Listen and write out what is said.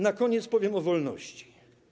Na koniec powiem o wolności.